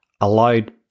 allowed